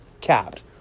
capped